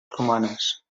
romanes